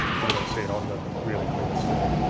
probably gotta see it on to really clearly see it.